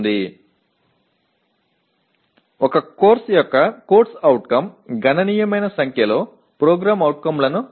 மேலும் ஒரு பாடத்தின் CO ஒரு குறிப்பிடத்தக்க எண்ணிக்கையிலான PO களைக் கையாளும்